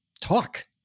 talk